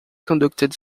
conducted